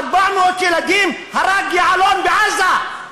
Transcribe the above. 400 ילדים הרג יעלון בעזה.